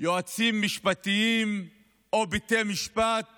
יועצים משפטיים או בתי משפט